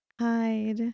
hide